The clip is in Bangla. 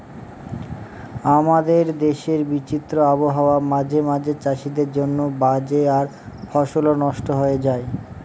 আমাদের দেশের বিচিত্র আবহাওয়া মাঝে মাঝে চাষীদের জন্য বাজে আর ফসলও নস্ট হয়ে যায়